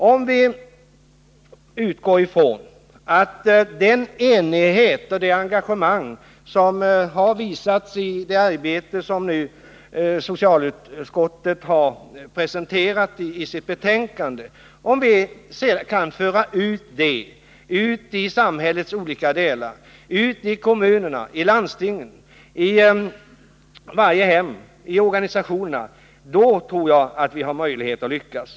Om vi utgår ifrån att den enighet och det engagemang som kommit till uttryck i det arbete som socialutskottet har presenterat i sitt betänkande också kan föras ut i samhällets olika delar — ut i kommunerna, i landstingen, i organisationerna och i varje hem — tror jag att vi har möjlighet att lyckas.